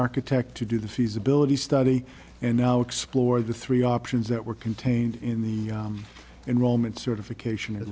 architect to do the feasibility study and now explore the three options that were contained in the enrollment certification